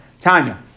Tanya